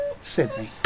Sydney